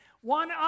one